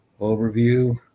Overview